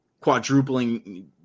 quadrupling